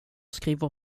skriver